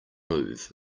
move